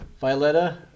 Violetta